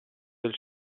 del